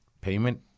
payment